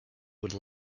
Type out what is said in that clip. would